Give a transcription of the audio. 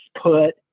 put